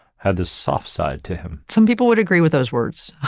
had the soft side to him. some people would agree with those words.